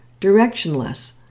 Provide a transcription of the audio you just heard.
directionless